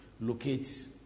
locate